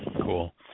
Cool